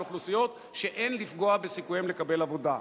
אוכלוסיות שאין לפגוע בסיכוייהן לקבל עבודה.